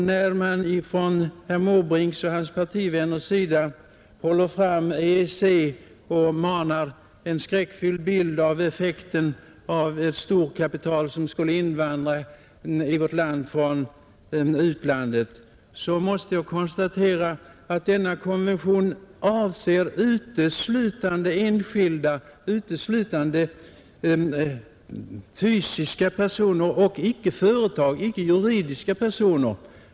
När herr Måbrink och hans partivänner talar om EEC och manar fram en skräckfylld bild av effekten av det storkapital som skulle invandra till vårt land från utlandet, vill jag upplysa om att denna konvention uteslutande avser fysiska personer, alltså inte företag och juridiska personer.